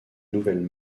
nouvelle